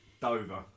Dover